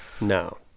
No